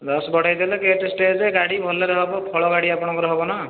ଦଶ ବଢ଼େଇଦେଲେ ଗେଟ ଷ୍ଟେଜ ଗାଡ଼ି ଭଲରେ ହେବ ଫଳ ଗାଡ଼ି ଆପଣଙ୍କର ହେବ ନା